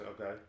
Okay